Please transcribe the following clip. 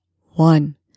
One